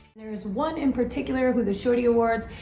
there is one in particular with the shorty awards,